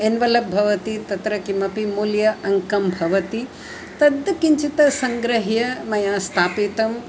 envelope भवति तत्र किमपि मूल्याङ्कं भवति तद् किञ्चित् सङ्गृह्य मया स्थापितम्